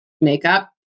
makeup